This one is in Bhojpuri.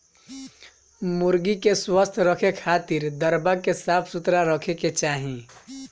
मुर्गी के स्वस्थ रखे खातिर दरबा के साफ सुथरा रखे के चाही